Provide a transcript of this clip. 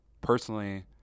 personally